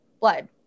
blood